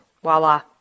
Voila